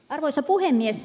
arvoisa puhemies